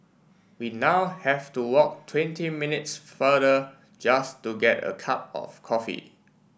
we now have to walk twenty minutes farther just to get a cup of coffee